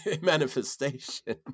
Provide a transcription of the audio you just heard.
manifestation